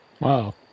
wow